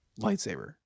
lightsaber